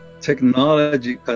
technology